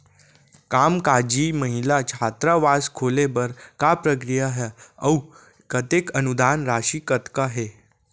कामकाजी महिला छात्रावास खोले बर का प्रक्रिया ह अऊ कतेक अनुदान राशि कतका हे?